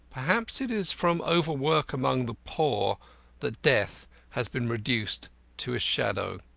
perhaps it is from overwork among the poor that death has been reduced to a shadow.